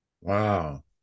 Wow